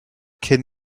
can